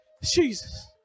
Jesus